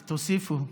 גולנצ'יק, תוסיפו.